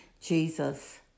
Jesus